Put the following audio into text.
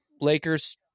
Lakers